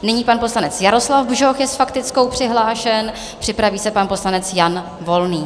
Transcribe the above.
Nyní pan poslanec Jaroslav Bžoch je s faktickou přihlášen, připraví se pan poslanec Jan Volný.